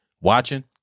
watching